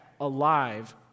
alive